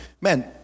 Man